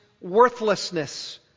worthlessness